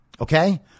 Okay